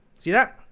see that?